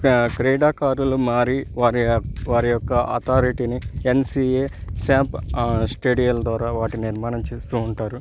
క్రీడాకారులు మారి వారి వారి యొక్క అథారిటీని ఎన్సీఏ శాంప్ స్టేడియం ద్వారా వాటి నిర్మాణం చేస్తు ఉంటారు